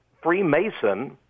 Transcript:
Freemason